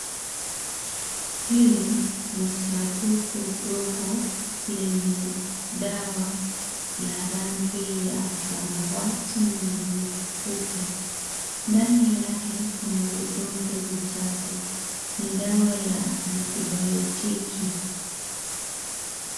Hili ni sanduku dogo lenye dawa la rangi ya samawati na nyeupe. Ndani yake kuna vidonge vitatu. Ni dawa ya antibayotiki.